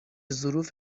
ظروف